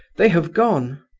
they have gone.